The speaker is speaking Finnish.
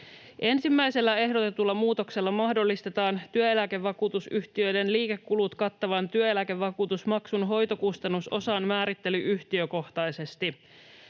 Ensimmäisellä ehdotetulla muutoksella mahdollistetaan työeläkevakuutusyhtiöiden liikekulut kattavan työeläkevakuutusmaksun hoitokustannusosan määrittely yhtiökohtaisesti.